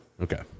Okay